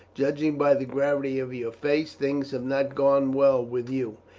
judging by the gravity of your face, things have not gone well with you.